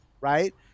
right